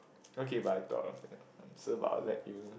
okay but I thought of an answer but I will let you